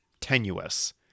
tenuous